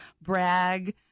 brag